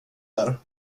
där